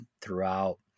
throughout